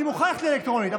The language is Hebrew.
אני מוכן ללכת לאלקטרונית,